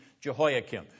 Jehoiakim